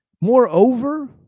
Moreover